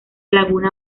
laguna